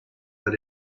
that